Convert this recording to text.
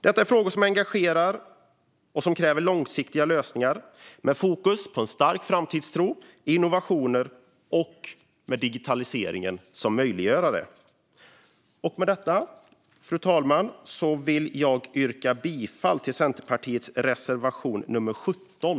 Det här är frågor som engagerar och som kräver långsiktiga lösningar med fokus på stark framtidstro, innovationer och digitaliseringen som möjliggörare. Fru talman! Jag yrkar bifall till Centerpartiets reservation nummer 17.